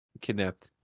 kidnapped